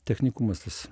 technikumas tas